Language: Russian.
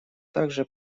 также